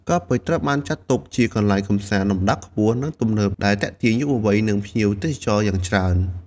កោះពេជ្រត្រូវបានចាត់ទុកជាកន្លែងកម្សាន្តលំដាប់ខ្ពស់ និងទំនើប ដែលទាក់ទាញយុវវ័យ និងភ្ញៀវទេសចរយ៉ាងច្រើន។